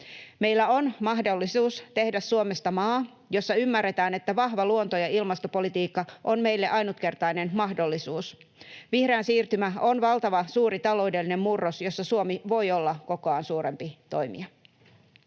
Meillä on mahdollisuus tehdä Suomesta maa, jossa ymmärretään, että vahva luonto- ja ilmastopolitiikka on meille ainutkertainen mahdollisuus. Vihreä siirtymä on valtavan suuri taloudellinen murros, jossa Suomi voi olla kokoaan suurempi toimija.